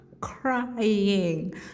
crying